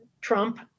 Trump